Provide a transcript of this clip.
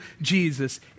Jesus